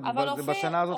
בשנה הזאת,